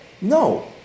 No